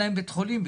שאין להם בית חולים.